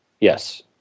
Yes